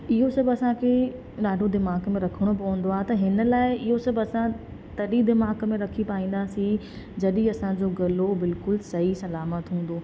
इहो सभु असांखे ॾाढो दिमाग़ में रखिणो पवंदो आहे त हिन लाइ इयो सभु असां तॾहिं दिमाग़ में रखी पाईंदासीं जॾहिं असांजो गलो बिल्कुलु सही सलामत हूंदो